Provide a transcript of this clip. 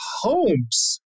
homes